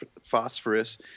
phosphorus